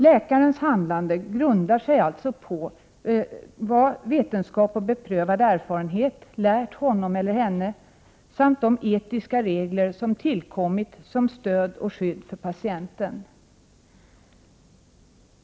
Läkarens handlande grundar sig alltså på vad vetenskap och beprövad erfarenhet har lärt honom eller henne samt på de etiska regler som tillkommit som stöd och skydd för patienterna.